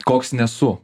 koks nesu